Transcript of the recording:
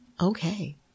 okay